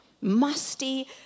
musty